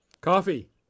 Coffee